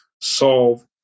solve